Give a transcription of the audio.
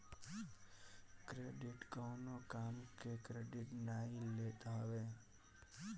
credit कवनो काम के क्रेडिट नाइ लेत हवे